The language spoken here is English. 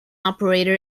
operator